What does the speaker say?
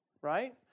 right